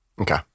Okay